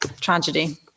tragedy